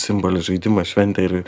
simbolių žaidimas šventė ir